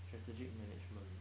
strategic management